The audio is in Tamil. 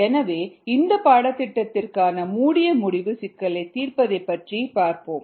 எனவே இந்த பாடத்திட்டத்திற்கான மூடிய முடிவு சிக்கலை தீர்ப்பதைப் பற்றி பார்ப்போம்